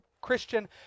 christian